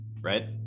right